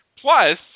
Plus